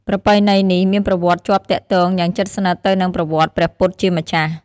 ប្រពៃណីនេះមានប្រវត្តិជាប់ទាក់ទងយ៉ាងជិតស្និទ្ធទៅនឹងប្រវត្តិព្រះពុទ្ធជាម្ចាស់។